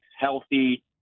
healthy